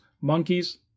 monkeys